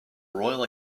royal